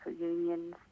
unions